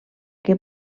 que